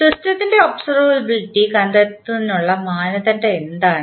സിസ്റ്റത്തിൻറെ ഒബ്സെർവബലിറ്റി കണ്ടെത്തുന്നതിനുള്ള മാനദണ്ഡം എന്താണ്